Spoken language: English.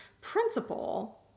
principle